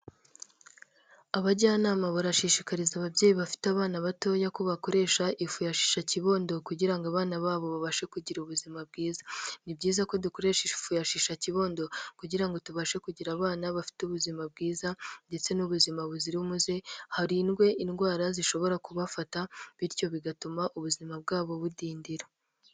Abajyanama barashishikariza ababyeyi bafite abana batoya ko bakoresha ifu ya shishakibondo kugira ngo abana babo babashe kugira ubuzima bwiza, ni byiza ko dukoresha ifu ya shishakibondo kugira ngo tubashe kugira abana bafite ubuzima bwiza ndetse n'ubuzima buzira umuze, harindwe indwara zishobora kubafata bityo bigatuma ubuzima bwabo budindira.